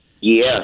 yes